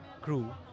crew